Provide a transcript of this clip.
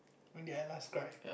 when did I last cry